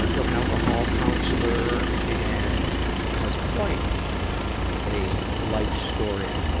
ah, drug and alcohol counselor and has quite a life story.